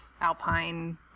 alpine